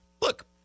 Look